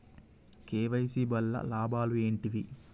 KYC వల్ల లాభాలు ఏంటివి?